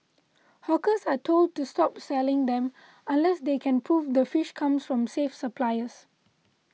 hawkers are told to stop selling them unless they can prove the fish comes from safe suppliers